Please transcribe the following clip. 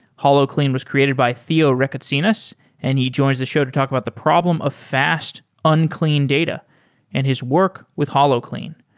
holoclean was created by theo rekatsinas and he joins the show to talk about the problem of fast, unclean data and his work with holoclean.